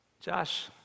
Josh